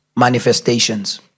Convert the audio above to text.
Manifestations